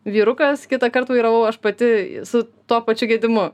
vyrukas kitąkart vairavau aš pati su tuo pačiu gedimu